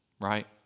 Right